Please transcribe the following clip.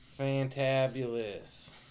fantabulous